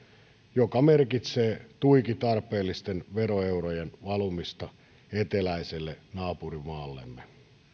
joka merkitsee tuiki tarpeellisten veroeurojen valumista eteläiselle naapurimaallemme